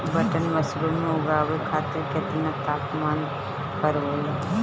Button mushroom उगावे खातिर केतना तापमान पर होई?